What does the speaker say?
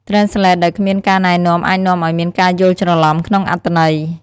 Translate ដោយគ្មានការណែនាំអាចនាំឲ្យមានការយល់ច្រឡំក្នុងអត្ថន័យ។